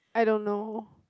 I don't know